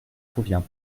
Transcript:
convient